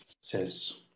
says